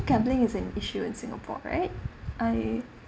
gambling is an issue in singapore right I